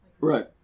Right